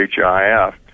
HIF